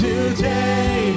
Today